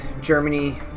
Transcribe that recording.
Germany